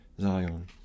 Zion